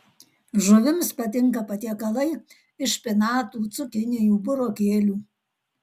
žuvims patinka patiekalai iš špinatų cukinijų burokėlių